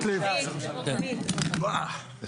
אם